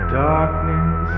darkness